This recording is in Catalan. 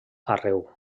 arreu